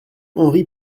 henri